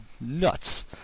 nuts